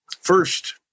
first